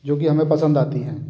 जो कि हमे पसंद आती हैं